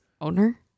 owner